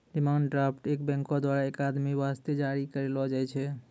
demand draft क बैंको द्वारा एक आदमी वास्ते जारी करलो जाय छै